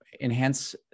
enhance